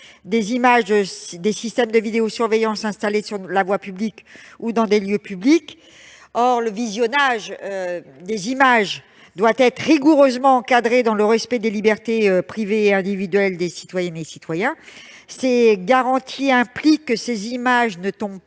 les images des systèmes de vidéosurveillance installés sur la voie publique ou dans des lieux publics. Or le visionnage des images doit être rigoureusement encadré dans le respect des libertés privées et individuelles des citoyennes et des citoyens. Ces garanties impliquent que ces images ne tombent